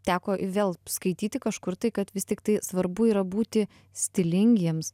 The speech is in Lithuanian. teko vėl skaityti kažkur tai kad vis tiktai svarbu yra būti stilingiems